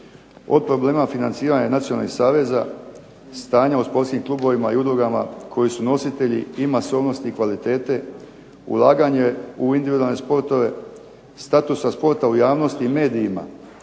Od problema financiranja nacionalnih saveza, stanja u sportskim klubovima i udrugama koji su nositelji i masovnosti i kvalitete, ulaganje u individualne sportove, statusa sporta u javnosti i medijima